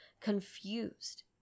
confused